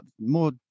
more